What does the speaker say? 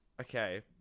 Okay